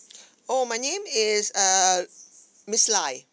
oh my name is err miss lai